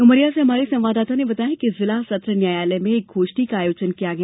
उमरिया से हमारे संवाददाता ने बताया है कि जिला सत्र न्यायालय में एक गोष्ठी का आयोजन किया गया